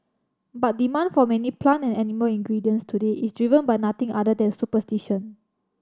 but demand for many plant and animal ingredients today is driven by nothing other than superstition